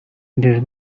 these